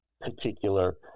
particular